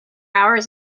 hours